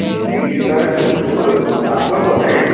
जी sir बिल्कुल आप कौन बोल रहें